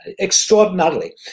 extraordinarily